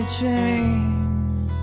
change